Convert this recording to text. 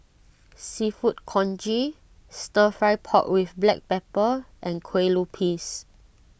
Seafood Congee Stir Fry Pork with Black Pepper and Kueh Lupis